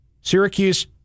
Syracuse